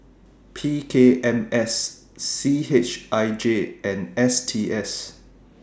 P K M S C H I J and S T S